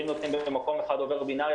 ואם נותנים באיזה מקום אחד עובר בינארי,